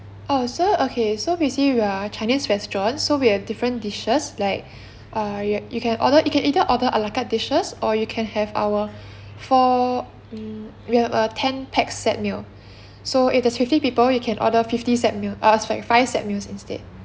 oh so okay so we see we are chinese restaurants so we have different dishes like err you you can order you can either order a la carte dishes or you can have our four um we have a ten pax set meal so if there's fifty people you can order fifty set meal err sorry five set meal instead